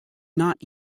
not